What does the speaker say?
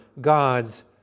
God's